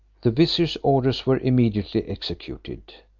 the vizier's orders were immediately executed.